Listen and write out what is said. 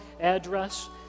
address